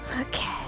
Okay